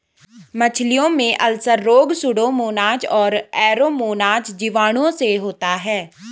मछलियों में अल्सर रोग सुडोमोनाज और एरोमोनाज जीवाणुओं से होता है